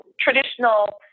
traditional